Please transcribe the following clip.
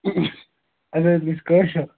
اَسہِ حظ گژھہِ کٲشِر